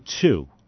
two